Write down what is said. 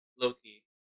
Loki